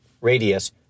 Radius